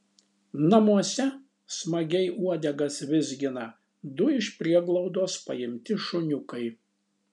namuose smagiai uodegas vizgina du iš prieglaudos paimti šuniukai